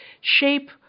shape